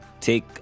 take